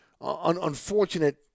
unfortunate